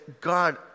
God